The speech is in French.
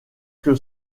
que